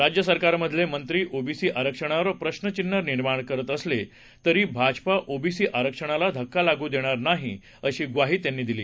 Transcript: राज्यसरकारमधलेमंत्रीओबीसीआरक्षणावरप्रश्रचिन्हनिर्माणकरतअसले तरीभाजपाओबीसीआरक्षणालाधक्कालागूदेणारनाही अशी त्यांनी दिली